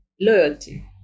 loyalty